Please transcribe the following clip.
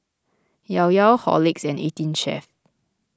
Llao Llao Horlicks and eighteen Chef